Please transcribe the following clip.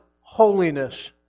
holiness